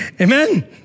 Amen